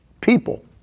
people